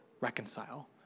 reconcile